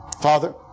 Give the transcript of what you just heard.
Father